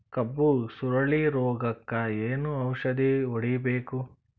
ಕಬ್ಬು ಸುರಳೀರೋಗಕ ಏನು ಔಷಧಿ ಹೋಡಿಬೇಕು?